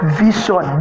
vision